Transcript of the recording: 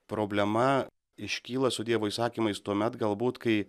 problema iškyla su dievo įsakymais tuomet galbūt kai